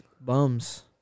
Bums